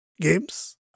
games